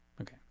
okay